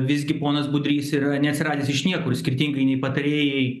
visgi ponas budrys yra neatsiradęs iš niekur skirtingai nei patarėjai